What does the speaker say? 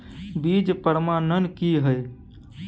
बीज प्रमाणन की हैय?